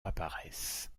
apparaissent